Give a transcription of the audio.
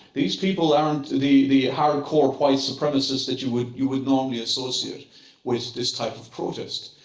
these people aren't the the hardcore white supremacists that you would you would normally associate with this type of protest.